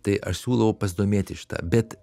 tai aš siūlau pasidomėti šitą bet